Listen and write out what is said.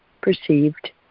perceived